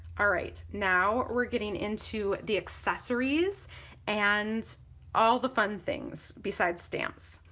alright now we're getting into the accessories and all the fun things besides stamps.